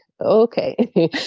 okay